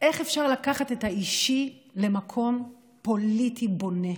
איך אפשר לקחת את האישי למקום פוליטי בונה,